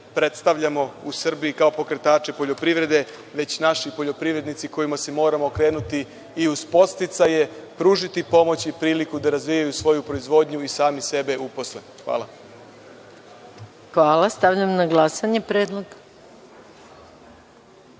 predstavljamo u Srbiji kao pokretače poljoprivrede, već naši poljoprivrednici kojima se moramo okrenuti i uz podsticaje pružiti pomoć i priliku da razvijaju svoju proizvodnju i sami sebe uposle. Hvala. **Maja Gojković** Hvala. Stavljam